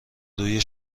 روی